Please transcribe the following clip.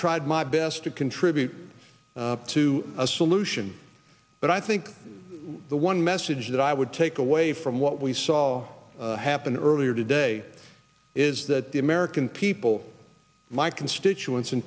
tried my best to contribute to a solution but i think the one message that i would take away from what we saw happen earlier today is that the american people my constituents in